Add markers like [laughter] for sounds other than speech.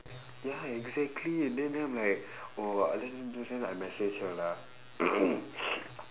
ya exactly then then I'm like oh then then then I message her lah [noise]